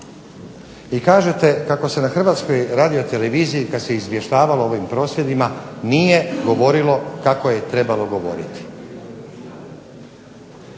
i kažete kako se na Hrvatskoj radioteleviziji kad se izvještavalo o ovim prosvjedima nije govorilo kako je trebalo govoriti.